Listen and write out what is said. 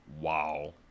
Wow